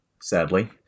sadly